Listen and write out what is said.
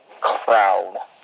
crowd